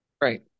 Right